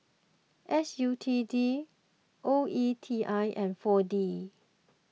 S U T D O E T I and four D